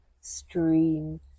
stream